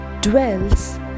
dwells